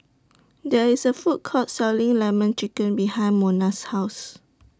There IS A Food Court Selling Lemon Chicken behind Mona's House